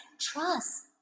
Trust